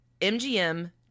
MGM